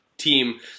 Team